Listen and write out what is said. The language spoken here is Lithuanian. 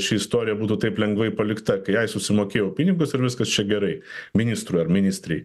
ši istorija būtų taip lengvai palikta kai ai susimokėjau pinigus ir viskas čia gerai ministrui ar ministrei